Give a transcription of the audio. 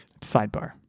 sidebar